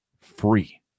free